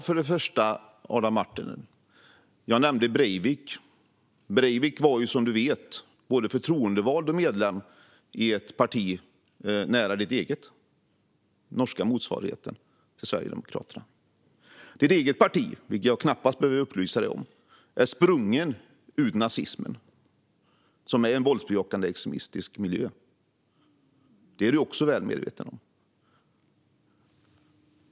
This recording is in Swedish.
Fru talman! Jag nämnde Breivik, Adam Marttinen. Breivik var, som du vet, både förtroendevald och medlem i ett parti nära ditt eget, den norska motsvarigheten till Sverigedemokraterna. Ditt eget parti är, vilket jag knappast behöver upplysa dig om, sprunget ur nazismen, som är en våldsbejakande extremistisk miljö. Det är du också väl medveten om.